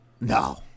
no